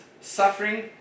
suffering